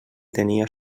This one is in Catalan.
tenia